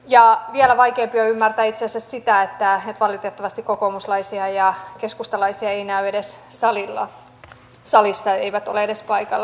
ja vielä vaikeampi on ymmärtää itse asiassa sitä että valitettavasti kokoomuslaisia ja keskustalaisia ei näy edes salissa he eivät ole edes paikalla